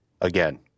again